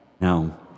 now